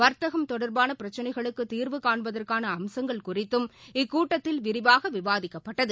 வர்த்தகம் தொடர்பானபிரச்சினைகளுக்குதீர்வு காண்பதற்கானஅம்சங்கள் குறித்தும் இக்கூட்டத்தில் விரிவாகவிவாதிக்கப்பட்டது